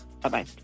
Bye-bye